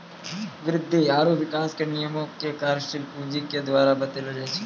वृद्धि आरु विकास के नियमो के कार्यशील पूंजी के द्वारा बतैलो जाय छै